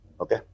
Okay